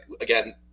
again